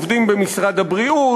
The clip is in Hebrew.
עובדים במשרד הבריאות,